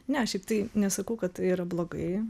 ne šiaip tai nesakau kad tai yra blogai